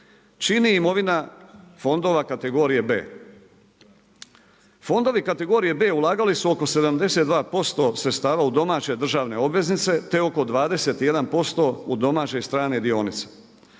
čini imovina fondova kategorije B.“. Fondovi kategorije B ulagali su oko 72% sredstava u domaće državne obveznice te oko 21% u domaće i strane dionice.